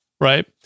Right